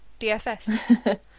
DFS